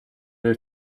new